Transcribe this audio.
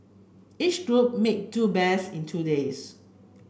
each group made two bears in two days